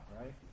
right